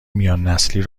میاننسلی